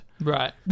Right